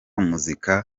muzika